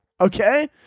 Okay